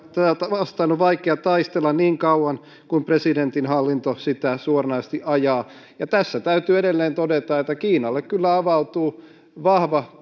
vastaan on vaikea taistella niin kauan kuin presidentin hallinto sitä suoranaisesti ajaa tässä täytyy edelleen todeta että kiinalle kyllä avautuu vahva